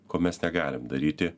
ko mes negalim daryti